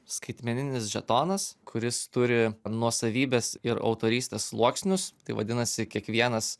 skaitmeninis žetonas kuris turi nuosavybės ir autorystės sluoksnius tai vadinasi kiekvienas